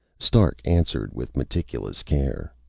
stark answered, with meticulous care.